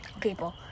people